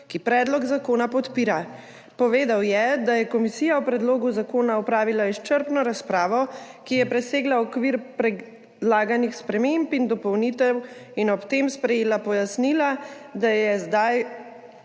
ki predlog zakona podpira. Povedal je, da je komisija o predlogu zakona opravila izčrpno razpravo, ki je presegla okvir predlaganih sprememb in dopolnitev, in ob tem sprejela pojasnila, da je zdaj